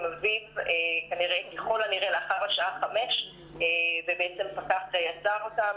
אביו ככל הנראה לאחר השעה חמש ופקח עצר אותם,